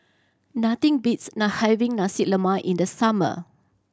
nothing beats having Nasi Lemak in the summer